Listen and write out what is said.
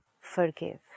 Forgive